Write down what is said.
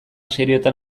seriotan